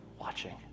watching